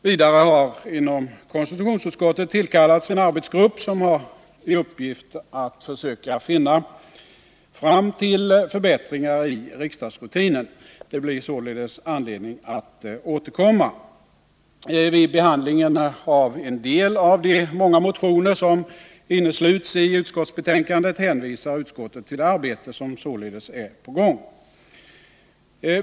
Vidare har inom konstitutionsutskottet tillkallats en arbetsgrupp, som har i uppgift att försöka komma fram till förbättringar i riksdagsrutinen. Det blir således anledning att återkomma. Vid behandlingen av en del av de många motioner som innesluts i utskottsbetänkandet hänvisar utskottet till det arbete som således är på gång.